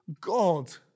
God